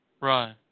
Right